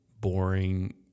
boring